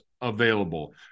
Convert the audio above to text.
available